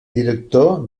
director